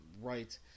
right